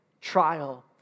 trial